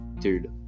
Dude